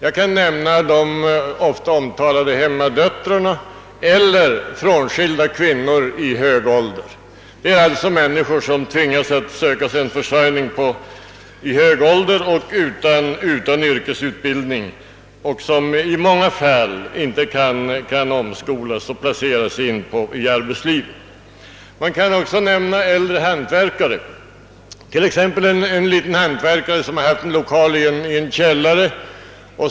Jag kan nämna de ofta omtalade hemmadöttrarna eller äldre, frånskilda kvinnor, alltså människor som tvingas att söka sig försörjning vid hög ålder och utan yrkesutbildning och som i många fall inte kan omskolas och placeras in i arbetslivet. Man kan också nämna äldre hantverkare, t.ex. en småhantverkare som haft sin arbetslokal i en källare.